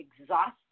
exhausted